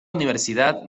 universidad